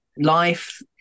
life